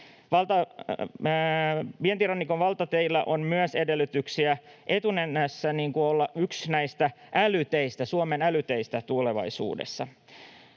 Vientirannikon valtateillä on myös edellytyksiä olla etunenässä yksi Suomen älyteistä tulevaisuudessa.